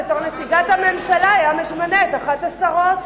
בתור נציגת הממשלה היה ממנה את אחת השרות.